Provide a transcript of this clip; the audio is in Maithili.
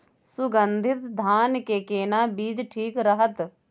सुगन्धित धान के केना बीज ठीक रहत?